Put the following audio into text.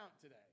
today